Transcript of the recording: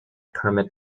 kermit